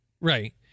right